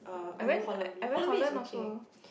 I went I went Holland also